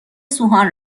سوهان